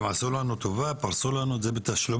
והם עשו לנו טובה, פרסו לנו את זה בתשלומים.